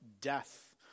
death